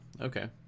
okay